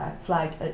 flagged